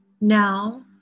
now